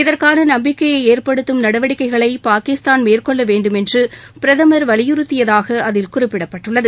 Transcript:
இதற்கான நம்பிக்கையை ஏற்படுத்தும் நடவடிக்கைகளை பாகிஸ்தான் மேற்கொள்ள வேண்டும் என்று பிரதமர் வலியுறுத்தியதாக அதில் குறிப்பிடப்பட்டுள்ளது